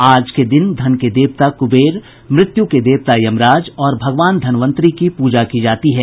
आज के दिन धन के देवता कुबेर मृत्यु के देवता यमराज और भगवान धन्वंतरी की पूजा की जाती है